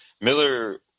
Miller